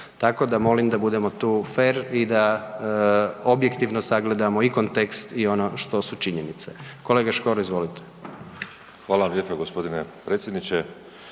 Tako da molim da budemo tu fer i da objektivno sagledamo i kontekst i ono što su činjenice. Kolega Škoro izvolite. **Škoro, Miroslav (DP)** Hvala vam lijepo gospodine predsjedniče.